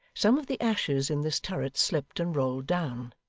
some of the ashes in this turret slipped and rolled down.